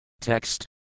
Text